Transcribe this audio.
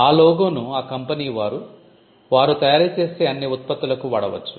ఆ లోగో ను ఆ కంపెనీ వారు వారు తయారు చేసే అన్ని ఉత్పత్తులకు వాడవచ్చు